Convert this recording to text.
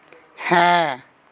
ᱦᱮᱸ